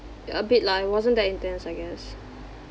a bit lah it wasn't that intense I guess